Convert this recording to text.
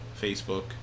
Facebook